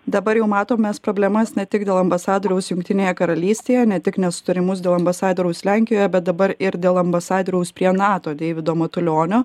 dabar jau matom mes problemas ne tik dėl ambasadoriaus jungtinėje karalystėje ne tik nesutarimus dėl ambasadoriaus lenkijoje bet dabar ir dėl ambasadoriaus prie nato deivido matulionio